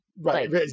Right